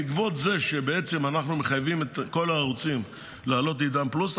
בעקבות זה שבעצם אנחנו מחייבים את כל הערוצים לעלות לעידן פלוס,